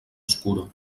oscuro